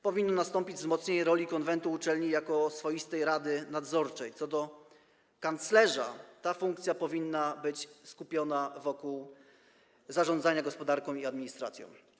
Powinno nastąpić wzmocnienie roli konwentu uczelni jako swoistej rady nadzorczej, co do kanclerza - ta funkcja powinna być skupiona wokół zarządzania gospodarką i administracją.